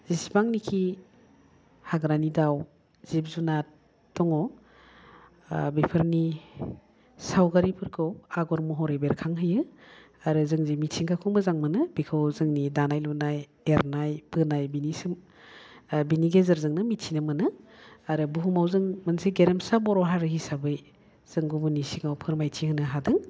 जिसिबांनोखि हाग्रानि दाउ जिब जुनाद दङ बेफोरनि सावगारिफोरखौ आग'र महरै बेरखांहोयो आरो जों जे मिथिंगाखौ मोजां मोनो बिखौ जोंनि दानाय लुनाय एरनाय बोनाय बिनि बिनि गेजेरजोंनो मिथिनो मोनो आरो बुहुमाव जों मोनसे गेरेमसा बर' हारि हिसाबै जों गुबुननि सिगाङाव फोरमायथिहोनो हादों